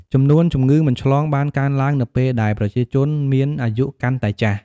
ចំនួនជំងឺមិនឆ្លងបានកើនឡើងនៅពេលដែលប្រជាជនមានអាយុកាន់តែចាស់។